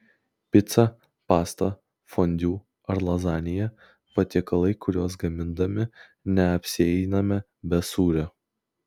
pica pasta fondiu ar lazanija patiekalai kuriuos gamindami neapsieiname be sūrio